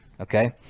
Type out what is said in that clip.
Okay